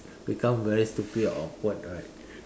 become very stupid and awkward right